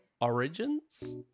Origins